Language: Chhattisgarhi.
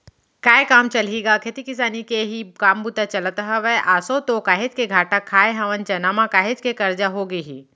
काय काम चलही गा खेती किसानी के ही काम बूता चलत हवय, आसो तो काहेच के घाटा खाय हवन चना म, काहेच के करजा होगे हे